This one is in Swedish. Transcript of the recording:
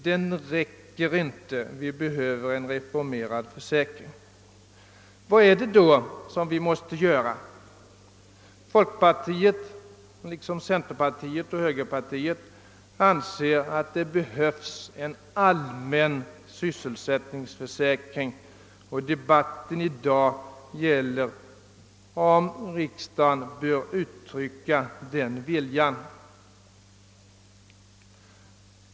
Den räcker inte; vi behöver en reformering av försäkringen. Vad är det då vi måste göra? Folkpartiet liksom centerpartiet och högerpartiet anser att det behövs en allmän sysselsättningsförsäkring, och debatten i dag gäller frågan huruvida riksdagen bör uttrycka en sådan vilja.